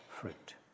fruit